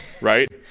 right